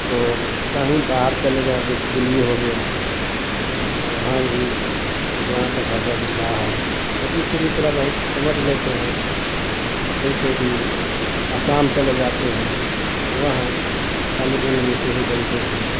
तो कहीं बाहर चले गए जैसे दिल्ली हो गया तो वहाँ भी वहाँ का भाषा दूसरा है लेकिन फिर भी थोड़ा बहुत समझ लेते हैं जैसे कि असम चले जाते हैं तो वहाँ खाली इंग्लिश ही बोलते हैं